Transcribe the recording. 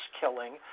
killing